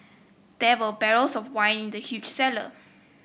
there were barrels of wine in the huge cellar